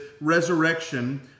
resurrection